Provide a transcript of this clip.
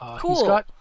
Cool